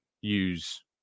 use